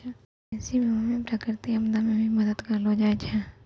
कृषि बीमा मे प्रकृतिक आपदा मे भी मदद करलो जाय छै